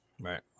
right